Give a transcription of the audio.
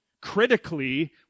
critically